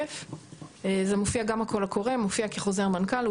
גם הקול הקורא מופיע כחוזר מנכ"ל.